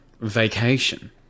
vacation